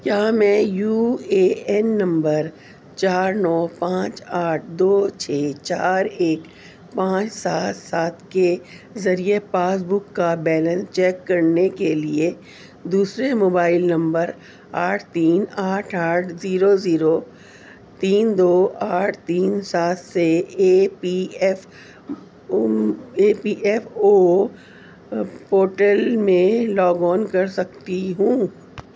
کیا میں U A N number چار نو پانچ آٹھ دو چھ چار ایک پانچ سات سات سات کے ذریعے پاس بک کا بیلنس چیک کرنے کے لیے دوسرے موبائل نمبر آٹھ تین آٹھ آٹھ زیرو زیرو تین دو آٹھ تین سات سے E P F O E P F O portal میں لاگ اون کر سکتی ہوں